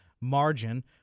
margin